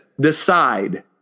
decide